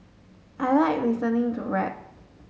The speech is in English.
I like listening to rap